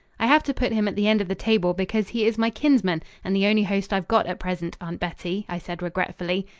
i have to put him at the end of the table because he is my kinsman and the only host i've got at present, aunt bettie, i said regretfully.